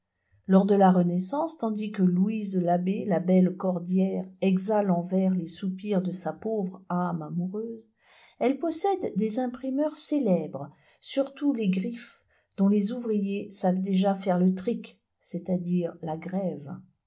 lors de la renaissance tandis que louise labbé la belle cordière exhale en vers les soupirs de sa pauvre âme amoureuse elle possède des imprimeurs célèbres surtout les gryphe dont les ouvriers savent déjà faire le trie c'est-à-dire la grève